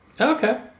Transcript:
Okay